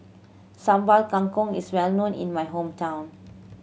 Sambal Kangkong is well known in my hometown